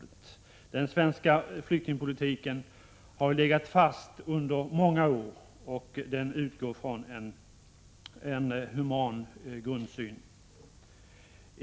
Den svenska 8 maj 1987 flyktingpolitiken har legat fast under många år, och den utgår från en human grundsyn.